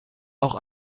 auch